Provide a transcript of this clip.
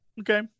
Okay